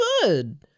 good